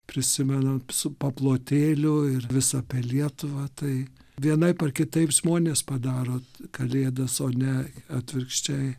prisimenam su paplotėliu ir vis apie lietuvą tai vienaip ar kitaip žmonės padaro kalėdas o ne atvirkščiai